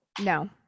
no